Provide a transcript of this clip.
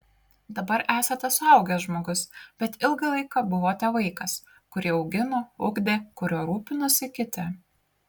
dabar esate suaugęs žmogus bet ilgą laiką buvote vaikas kurį augino ugdė kuriuo rūpinosi kiti